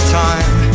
time